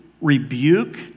rebuke